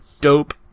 dope